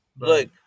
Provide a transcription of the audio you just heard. Look